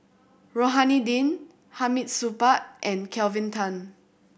Rohani Din Hamid Supaat and Kelvin Tan